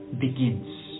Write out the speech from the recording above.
begins